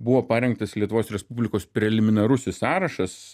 buvo parengtas lietuvos respublikos preliminarusis sąrašas